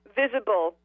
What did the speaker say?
visible